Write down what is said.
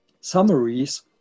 summaries